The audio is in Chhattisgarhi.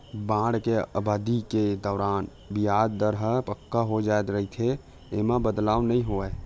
बांड के अबधि के दौरान ये बियाज दर ह पक्का हो जाय रहिथे, ऐमा बदलाव नइ होवय